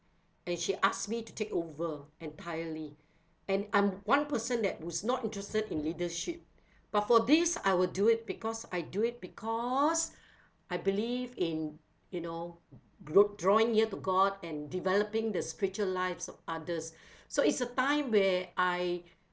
and she asked me to take over entirely and I'm one person that who's not interested in leadership but for this I would do it because I do it because I believe in you know group drawing near to god and developing the spiritual lives of others so it's a time where I